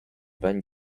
van